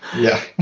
yeah